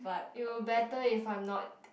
it would better if I'm not